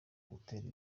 gutera